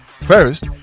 First